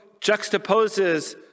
juxtaposes